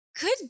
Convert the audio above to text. Good